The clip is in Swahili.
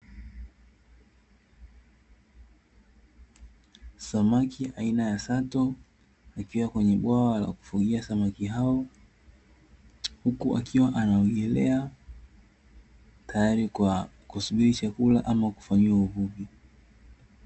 Samaki aina ya sato akiwa kwenye bwawa la kufugia samaki hao huku akiwa anaogelea, tayari kwa kusubiri chakula ama kufanyiwa uvuvi.